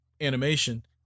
animation